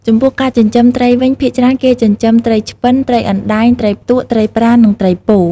ចំពោះការចិញ្ចឹមត្រីវិញ ភាគច្រើនគេចិញ្ចឹម ត្រីឆ្ពិន ត្រីអណ្ដែង ត្រីផ្ទក់ ត្រីប្រា និងត្រីពោ...។